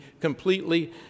completely